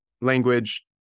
language